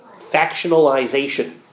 factionalization